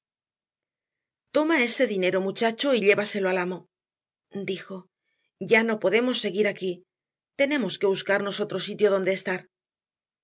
toma ese dinero muchacho y llévaselo al amo dijo ya no podremos seguir aquí tenemos que buscarnos otro sitio donde estar